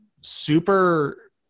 super